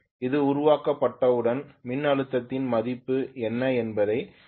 அது உருவாக்கப்பட்டவுடன் மின்னழுத்தத்தின் மதிப்பு என்ன என்பதை நான் அளவிட முடியும்